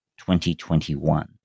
2021